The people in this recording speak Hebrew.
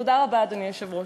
תודה רבה, אדוני היושב-ראש.